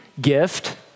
gift